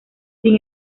sin